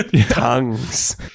Tongues